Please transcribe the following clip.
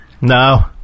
No